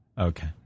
Okay